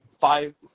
five